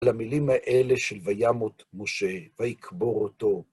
למילים האלה של וימות משה ויקבור אותו.